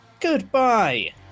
Goodbye